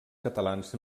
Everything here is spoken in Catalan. catalans